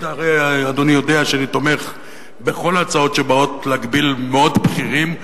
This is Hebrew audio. אדוני הרי יודע שאני תומך בכל ההצעות שבאות להגביל מאוד בכירים,